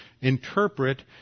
interpret